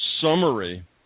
summary